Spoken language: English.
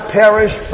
perish